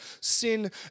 sin